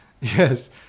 Yes